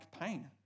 pain